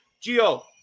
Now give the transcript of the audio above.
Geo